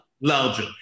larger